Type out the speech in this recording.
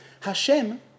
Hashem